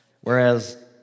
Whereas